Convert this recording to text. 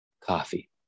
Coffee